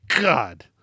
God